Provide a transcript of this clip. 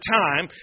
time